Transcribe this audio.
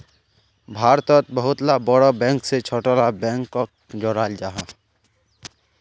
भारतोत बहुत ला बोड़ो बैंक से छोटो ला बैंकोक जोड़ाल जाहा